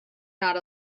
not